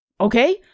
Okay